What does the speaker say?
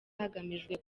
hagamijwe